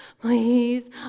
Please